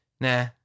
nah